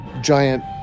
giant